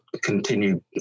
continue